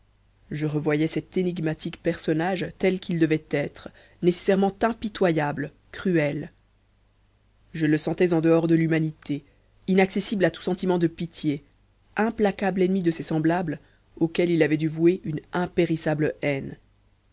je revoyais cet énigmatique personnage tel qu'il devait être nécessairement impitoyable cruel je le sentais en dehors de l'humanité inaccessible à tout sentiment de pitié implacable ennemi de ses semblables auxquels il avait dû vouer une impérissable haine